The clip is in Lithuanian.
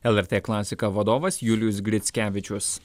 lrt klasika vadovas julijus grickevičius